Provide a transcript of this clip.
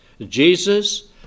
Jesus